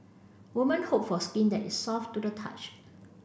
women hope for skin that is soft to the touch